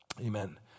Amen